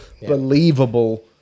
believable